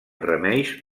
remeis